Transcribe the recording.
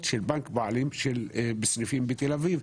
של בנק פועלים בסניפים בתל אביב.